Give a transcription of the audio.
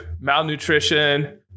malnutrition